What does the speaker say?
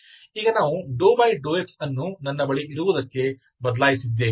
ಈಗ ನಾವು ∂x ಅನ್ನು ನನ್ನ ಬಳಿ ಇರುವುದಕ್ಕೆ ಬದಲಾಯಿಸಿದ್ದೇವೆ